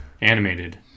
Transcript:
animated